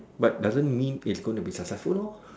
but doesn't mean it's going to be successful lor